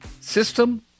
system